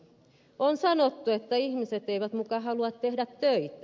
on sanottu että ihmiset eivät muka halua tehdä töitä